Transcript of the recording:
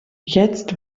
jetzt